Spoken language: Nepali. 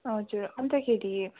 हजुर अन्तखेरि